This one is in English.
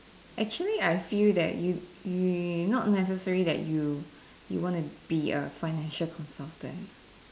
actually I feel that you you not necessary that you you want to be a financial consultant